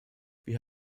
wir